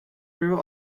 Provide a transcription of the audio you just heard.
grew